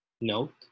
Note